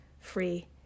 free